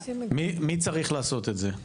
מי צריך לעשות את זה?